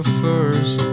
first